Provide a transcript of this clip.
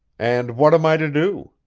and what am i to do?